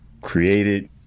created